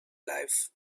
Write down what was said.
life